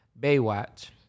baywatch